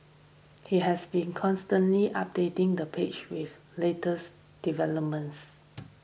he has been constantly updating the page with latest developments